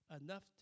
enough